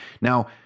Now